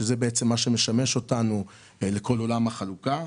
שזה בעצם מה שמשמש אותנו לכל עולם החלוקה.